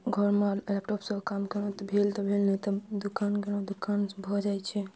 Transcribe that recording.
घरमे लैपटॉप सब काम करौ तऽ भेल तऽ भेल नहि तऽ दुकान केना दुकान भऽ जाइ छै